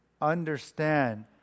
understand